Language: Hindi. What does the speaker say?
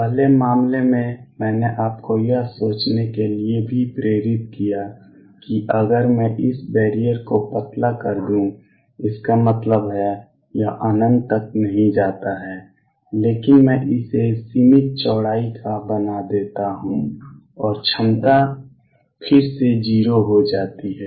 पहले मामले में मैंने आपको यह सोचने के लिए भी प्रेरित किया कि अगर मैं इस बैरियर को पतला कर दूं इसका मतलब है यह अनंत तक नहीं जाता है लेकिन मैं इसे सीमित चौड़ाई का बना देता हूं और क्षमता फिर से 0 हो जाती है